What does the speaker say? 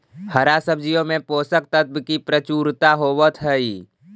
हरा सब्जियों में पोषक तत्व की प्रचुरता होवत हई